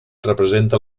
representa